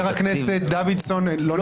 לא זוכר.